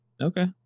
okay